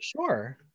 Sure